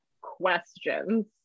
questions